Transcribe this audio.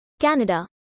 Canada